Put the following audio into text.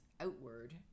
outward